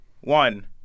One